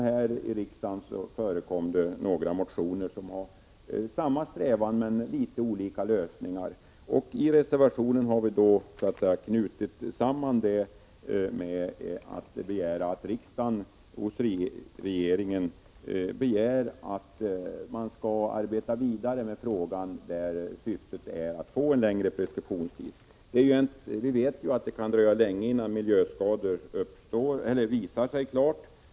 Här i riksdagen väcktes det tre motioner där motionärerna hade samma strävan men föreslog litet olika lösningar. I reservationen har vi knutit samman det hela och begär att riksdagen hos regeringen skall hemställa att man arbetar vidare med frågan i syfte att få till stånd en längre preskriptionstid. Vi vet att det kan dröja lång tid innan miljöskador visar sig klart.